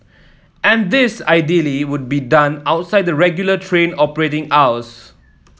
and this ideally would be done outside the regular train operating hours